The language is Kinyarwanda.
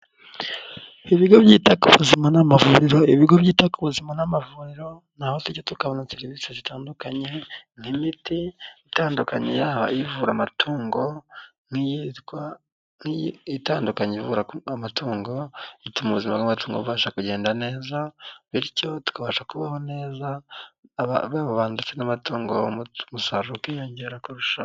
Ibigo byita ku buzima n'amavuriro. Ibigo byita ku buzima n'amavuriro niho tujya tukabona serivisi zitandukanye n'imiti itandukanye yaba ivura amatungo nk'iyi itandukanye, ivura amatungo bituma ubuzima kugenda neza bityo tukabasha kubaho neza ndetse n'amatungo umusaruro ukiyongera kurushaho.